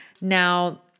Now